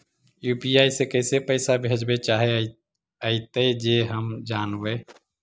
UPI से कैसे पैसा भेजबय चाहें अइतय जे हम जानबय?